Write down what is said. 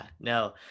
no